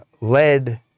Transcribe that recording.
led